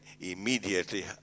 immediately